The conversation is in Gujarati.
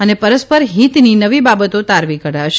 અને પરસ્પર હિતની નવી બાબતો તારવી કઢાશે